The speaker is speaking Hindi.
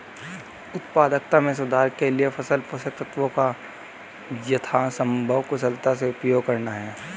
उत्पादकता में सुधार के लिए फसल पोषक तत्वों का यथासंभव कुशलता से उपयोग करना है